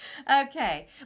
Okay